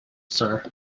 sir